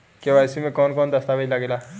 KYC में कवन कवन दस्तावेज लागे ला?